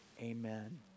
amen